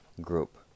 group